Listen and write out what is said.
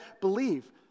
believe